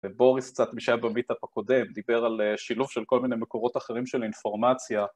ובוריס קצת, מי שהיה במיטאפ הקודם, דיבר על שילוב של כל מיני מקורות אחרים של אינפורמציה